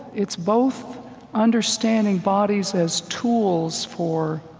it's both understanding bodies as tools for